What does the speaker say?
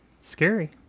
Scary